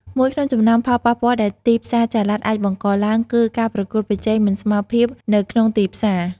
មួយក្នុងចំណោមផលប៉ះពាល់ដែលទីផ្សារចល័តអាចបង្កឡើង គឺការប្រកួតប្រជែងមិនស្មើភាពនៅក្នុងទីផ្សារ។